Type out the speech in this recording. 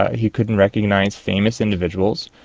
he couldn't recognise famous individuals,